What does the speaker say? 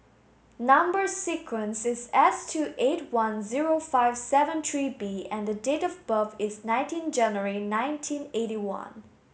number sequence is S two eight one zero five seven three B and date of birth is nineteen January nineteen eighty one